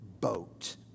boat